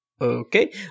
Okay